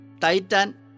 Titan